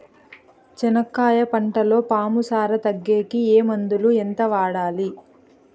చెనక్కాయ పంటలో పాము సార తగ్గేకి ఏ మందులు? ఎంత వాడాలి?